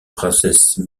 princesse